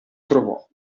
trovò